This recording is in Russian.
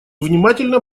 внимательно